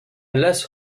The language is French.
las